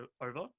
over